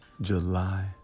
July